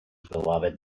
beloved